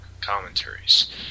commentaries